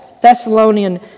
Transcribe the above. Thessalonian